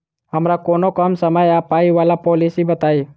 हमरा कोनो कम समय आ पाई वला पोलिसी बताई?